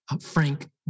frank